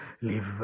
live